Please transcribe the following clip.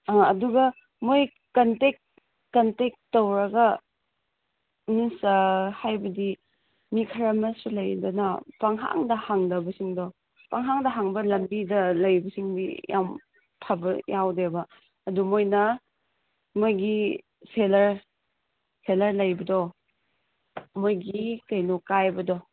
ꯑꯥ ꯑꯗꯨꯒ ꯃꯣꯏ contact contact ꯇꯧꯔꯒ ꯑꯁ ꯍꯥꯏꯕꯗꯤ ꯃꯤ ꯈꯔ ꯑꯃꯁꯨ ꯂꯩꯗꯅ ꯄꯪꯍꯪꯗ ꯍꯪꯗꯕꯁꯤꯡꯗꯣ ꯄꯪꯍꯪꯗ ꯍꯪꯕ ꯂꯝꯕꯤꯗ ꯂꯩꯕꯁꯤꯡꯗꯤ ꯌꯥꯝ ꯐꯕ ꯌꯥꯎꯗꯦꯕ ꯑꯗꯨ ꯃꯣꯏꯅ ꯃꯣꯏꯒꯤ ꯁꯦꯂꯔ ꯁꯦꯂꯔ ꯂꯩꯕꯗꯣ ꯃꯣꯏꯒꯤ ꯀꯩꯅꯣ ꯀꯥꯏꯕꯗꯣ